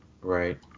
Right